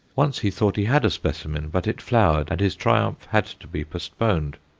once he thought he had a specimen but it flowered, and his triumph had to be postponed.